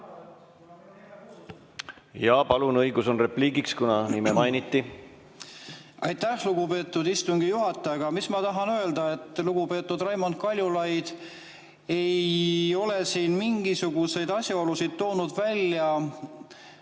Jah, palun, õigus on repliigiks, kuna nime mainiti. Aitäh, lugupeetud istungi juhataja! Mis ma tahan öelda, et lugupeetud Raimond Kaljulaid ei ole toonud ära mingisuguseid asjaolusid ega